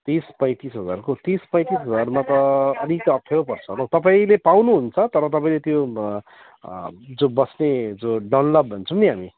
तिस पैँतिस हजारको तिस पैँतिस हजारमा त अलिकति अप्ठ्यारो पर्छ होला हो तपाईँले पाउनुहुन्छ तर तपाईँले त्यो जो बस्ने जो डन्लप भन्छौँ नि हामी